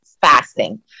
fasting